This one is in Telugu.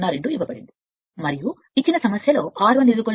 02 ఇవ్వబడింది మరియు దీనికి r 1 r2 0